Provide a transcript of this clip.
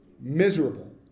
miserable